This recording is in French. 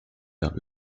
vers